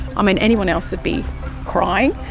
i mean any one else would be crying.